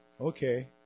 okay